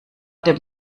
dem